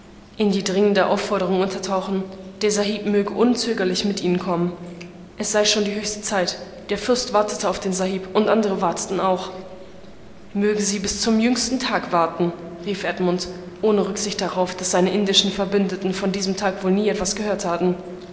in die dringende aufforderung untertauchen der sahib möge unzögerlich mit ihnen kommen es sei schon die höchste zeit der fürst warte auf den sahib und andere warteten auch mögen sie bis zum jüngsten tag warten rief edmund ohne rücksicht darauf daß seine indischen verbündeten von diesem tag wohl nie etwas gehört hatten